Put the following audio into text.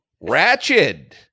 Ratchet